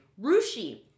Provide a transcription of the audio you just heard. Rushi